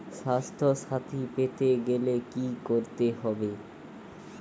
স্বাস্থসাথী পেতে গেলে কি করতে হবে?